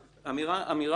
פטור.